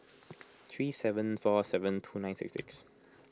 three seven four seven two nine six six